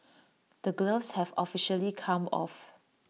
the gloves have officially come off